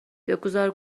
بگذار